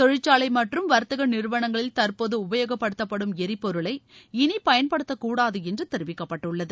தொழிற்சாலை மற்றும் வாத்தக நிறுவனங்களில் தற்போது உபயோகப்படுத்தப்படும் எரிபொருளை இனி பயன்படுத்தபடக்கூடாது என்று தெரிவிக்கப்பட்டுள்ளது